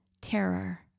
Terror